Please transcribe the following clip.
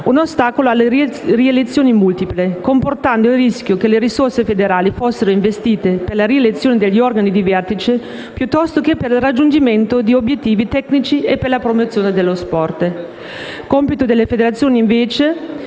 un ostacolo alle rielezioni multiple, comportando il rischio che le risorse federali fossero investite per la rielezione degli organi di vertice piuttosto che per il raggiungimento di obiettivi tecnici e per la promozione dello sport. Compito delle federazioni, invece,